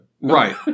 Right